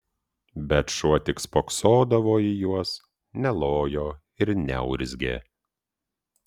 bet šuo tik spoksodavo į juos nelojo ir neurzgė